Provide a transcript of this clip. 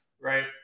right